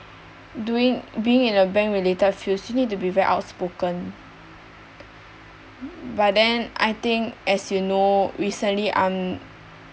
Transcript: doing being in a bank related field you need to very outspoken but then I think as you know recently I'm